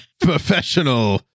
Professional